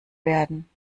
werden